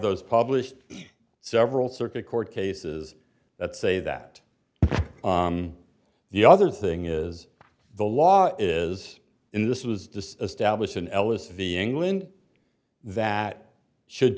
those published several circuit court cases that say that the other thing is the law is in this was disestablished in ellis v england that should